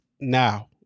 now